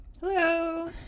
Hello